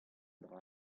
dra